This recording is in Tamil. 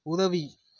உதவி